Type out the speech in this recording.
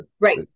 Right